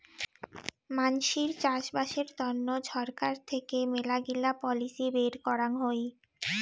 মানসির চাষবাসের তন্ন ছরকার থেকে মেলাগিলা পলিসি বের করাং হই